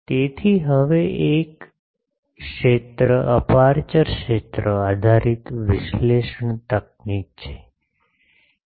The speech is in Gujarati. તેથી તે હવે એક ક્ષેત્ર અપેરચ્યોર ક્ષેત્ર આધારિત વિશ્લેષણ તકનીક છે